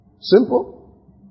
Simple